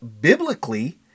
biblically